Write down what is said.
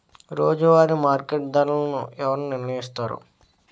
రోజువారి మార్కెట్ ధరలను ఎవరు నిర్ణయిస్తారు?